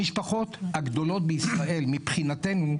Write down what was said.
המשפחות הגדולות בישראל מבחינתנו,